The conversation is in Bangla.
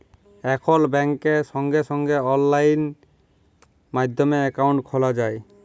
এখল ব্যাংকে সঙ্গে সঙ্গে অললাইন মাধ্যমে একাউন্ট খ্যলা যায়